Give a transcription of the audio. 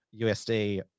USD